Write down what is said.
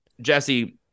Jesse